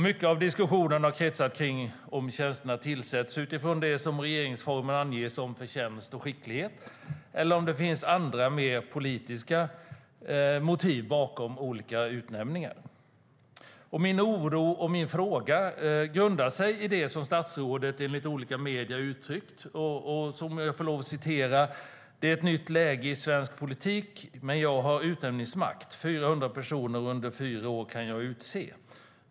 Mycket av diskussionerna har kretsat kring om tjänsterna tillsätts utifrån det som regeringsformen anger som förtjänst och skicklighet, eller om det finns andra mer politiska motiv bakom olika utnämningar. Min oro och min fråga grundar sig på det som statsrådet enligt olika medier har utryckt. Jag citerar: "Det är ett nytt läge i svensk politik. Men jag har utnämningsmakt, 400 personer under fyra år kan jag utse.